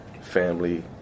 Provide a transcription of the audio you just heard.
family